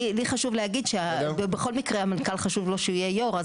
לי חשוב להגיד שבכל מקרה המנכ"ל חשוב לו שהוא יהיה יו"ר,